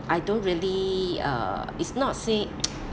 I don't really uh it's not say